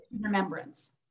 remembrance